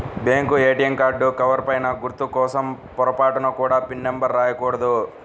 bank ATM card cover పైన గుర్తు కోసం పొరపాటున కూడా పిన్ నెంబర్ రాయకూడదు